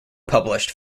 published